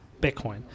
Bitcoin